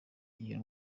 iyo